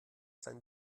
sein